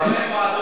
אין להם ועדות.